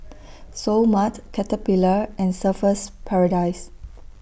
Seoul Mart Caterpillar and Surfer's Paradise